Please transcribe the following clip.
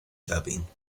dubbing